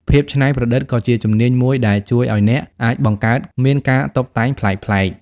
ភាពច្នៃប្រឌិត ក៏ជាជំនាញមួយដែលជួយឱ្យអ្នកអាចបង្កើតមានការតុបតែងប្លែកៗ។